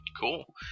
cool